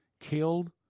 killed